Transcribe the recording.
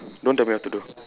don't tell me what to do